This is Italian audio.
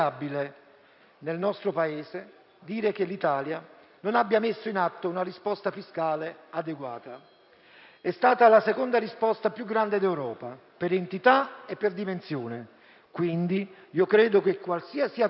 impensabile dire che l'Italia non ha messo in atto una risposta fiscale adeguata. È stata la seconda risposta più grande d'Europa per entità e per dimensione, quindi credo che qualsiasi accusa